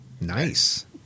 Nice